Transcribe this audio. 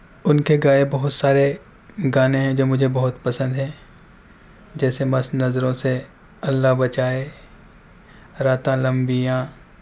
ان کے گائے بہت سارے گانے ہیں جو مجھے بہت پسند ہیں جیسے مست نظروں سے اللہ بچائے راتاں لمبیاں